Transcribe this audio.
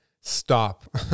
stop